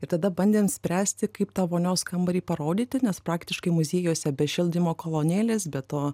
ir tada bandėm spręsti kaip tą vonios kambarį parodyti nes praktiškai muziejuose be šildymo kolonėlės be to